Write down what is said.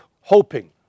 hoping